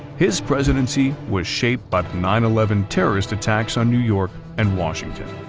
his presidency was shaped by the nine eleven terrorist attacks on new york and washington.